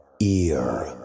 ear